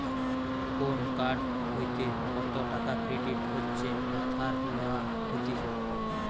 কোন কার্ড হইতে কত টাকা ক্রেডিট হচ্ছে বা ধার লেওয়া হতিছে